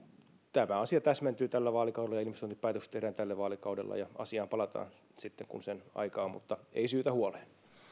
tämä asia täsmentyy tällä vaalikaudella ja investointipäätökset tehdään tällä vaalikaudella ja asiaan palataan sitten kun sen aika on mutta ei syytä huoleen